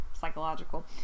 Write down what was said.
psychological